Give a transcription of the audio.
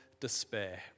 despair